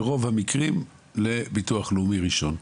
ברוב המקרים, לביטוח לאומי ראשון.